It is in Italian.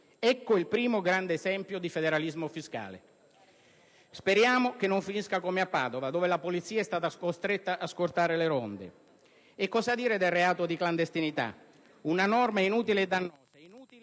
Ecco il primo grande esempio di federalismo fiscale. Speriamo che non finisca come a Padova, dove la polizia è stata costretta a scortare le ronde. Cosa dire del reato di clandestinità, una norma inutile e dannosa?